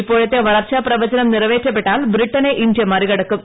ഇപ്പോഴത്തെ വളർച്ചാ പ്രവചനം നിറവേറ്റപ്പെട്ടാൽ ബ്രിട്ടനെ ഇന്ത്യ മറികടക്കും